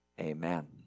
amen